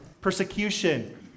persecution